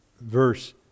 verse